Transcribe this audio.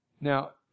now